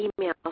email